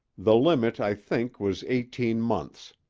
the limit, i think, was eighteen months.